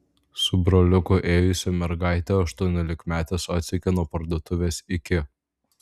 su broliuku ėjusią mergaitę aštuoniolikmetės atsekė nuo parduotuvės iki